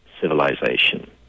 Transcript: civilization